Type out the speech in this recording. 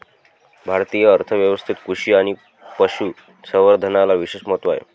भारतीय अर्थ व्यवस्थेत कृषी आणि पशु संवर्धनाला विशेष महत्त्व आहे